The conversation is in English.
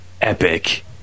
epic